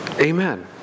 Amen